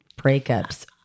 Breakups